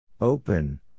Open